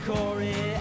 Corey